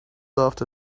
laughed